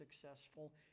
successful